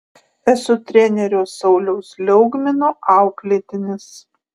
esu trenerio sauliaus liaugmino auklėtinis